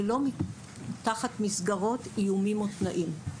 ולא תחת מסגרות איומים ותנאים.